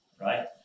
right